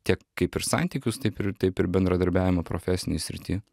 tiek kaip ir santykius taip ir taip ir bendradarbiavimą profesinėj srity